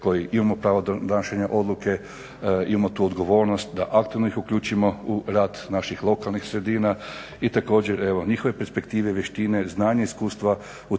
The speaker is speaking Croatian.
koji imamo pravo donošenja odluke i imamo tu odgovornost da aktivno ih uključimo u rad naših lokalnih sredina. I također evo njihove perspektive, vještine i znanja i iskustva